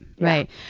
right